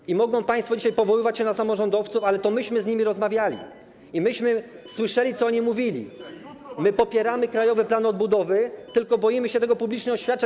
I mogą państwo dzisiaj powoływać się na samorządowców, ale to myśmy z nimi rozmawiali i myśmy słyszeli, co oni mówili: my popieramy Krajowy Plan Odbudowy, tylko boimy się to publicznie oświadczać.